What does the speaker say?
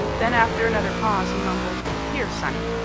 then after another pause he mumbled, here, sonny,